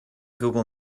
google